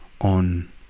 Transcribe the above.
on